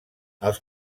els